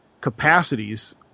capacities